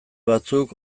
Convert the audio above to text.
batzuk